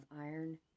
iron